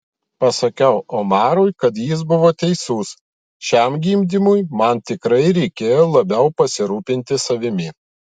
pasakiau omarui kad jis buvo teisus šiam gimdymui man tikrai reikėjo labiau pasirūpinti savimi